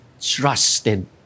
trusted